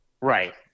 Right